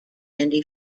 andy